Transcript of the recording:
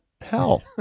hell